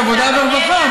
אני חושב שעבודה ורווחה.